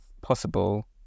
possible